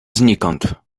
znikąd